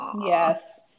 yes